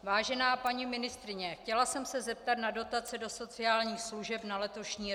Vážená paní ministryně, chtěla jsem se zeptat na dotace do sociálních služeb na letošní rok.